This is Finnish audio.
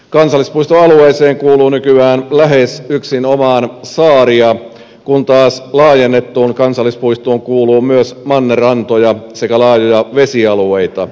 kansallispuistoalueeseen kuuluu nykyään lähes yksinomaan saaria kun taas laajennettuun kansallispuistoon kuuluu myös mannerrantoja sekä laajoja vesialueita